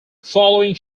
following